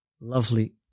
Lovely